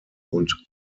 und